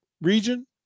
region